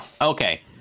okay